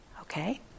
Okay